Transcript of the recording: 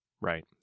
right